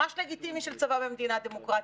ממש לגיטימי לצבא במדינה דמוקרטית.